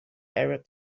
arab